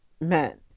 men